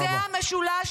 זה המשולש,